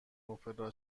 اپرا